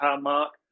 mark